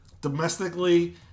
Domestically